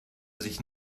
sich